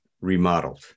remodeled